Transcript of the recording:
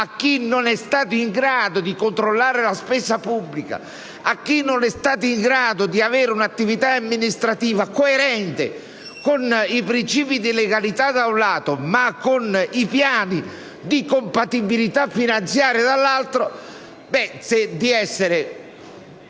chi non è stato in grado di controllare la spesa pubblica o di avere un'attività amministrativa coerente con i principi di legalità, da un lato, e con i piani di compatibilità finanziaria, dall'altro, tale da non